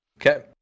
Okay